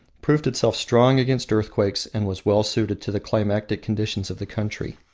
proved itself strong against earthquakes, and was well suited to the climatic conditions of the country.